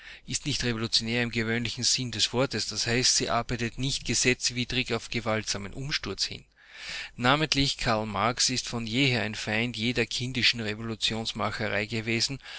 ist nicht revolutionär im gewöhnlichen sinne des wortes d h sie arbeitet nicht gesetzwidrig auf gewaltsamen umsturz hin namentlich karl marx ist von jeher ein feind jeder kindischen revolutionsmacherei gewesen